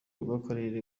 rw’akarere